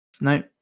No